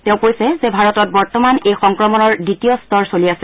তেওঁ কৈছে যে ভাৰতত বৰ্তমান এই সংক্ৰমণৰ দ্বিতীয় স্তৰ চলি আছে